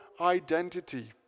identity